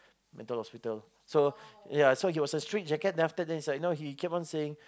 mental hospital so ya he was a straight jacket then after that he was like he kept on saying